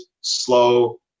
slow